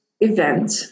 event